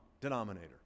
denominator